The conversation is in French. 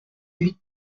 huit